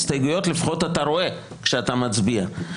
הסתייגויות לפחות אתה רואה כשאתה מצביע.